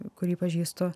kurį pažįstu